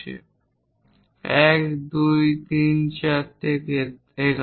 1 2 3 4 থেকে 11